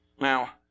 Now